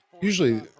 usually